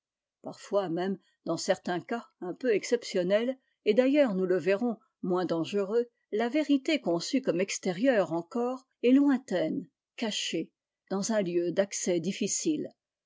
parfois même dans certains cas un peu exceptionnels et d'ailleurs nous le verrons moins dangereux la vérité conçue comme extérieure encore est lointaine cachée dans un lieu d'accès difficile